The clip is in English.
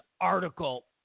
Article